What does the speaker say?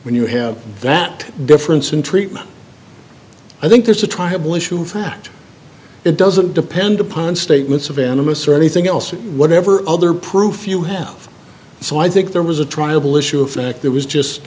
when you have that difference in treatment i think there's a tribal issue fact it doesn't depend upon statements of animists or anything else or whatever other proof you have so i think there was a triable issue of fact that was just